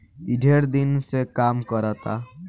ई ढेर दिन से काम करता